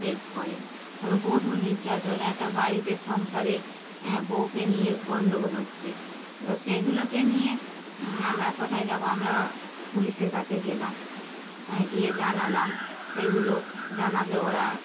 help করে ধরো বধূ নির্যাতন একটা বাড়িতে সংসারে বউকে নিয়ে গণ্ডগোল হচ্ছে এবার সেইগুলোকে নিয়ে আমরা কোথায় যাব আমরা পুলিশের কাছে গেলাম হ্যাঁ গিয়ে জানালাম সেইগুলো জানালে ওরা